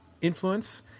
influence